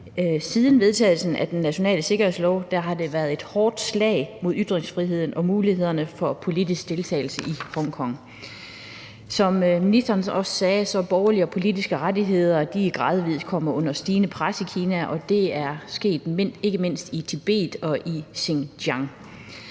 siden vedtagelsen af den nationale sikkerhedslov, har været et hårdt slag mod ytringsfriheden og for mulighederne for politisk deltagelse i Hongkong. Som ministeren også sagde, er de borgerlige og politiske rettigheder gradvis kommet under stigende pres i Kina. Det er ikke mindst sket i Tibet og Xinjiang.